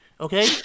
Okay